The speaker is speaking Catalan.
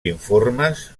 informes